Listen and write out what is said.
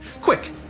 Quick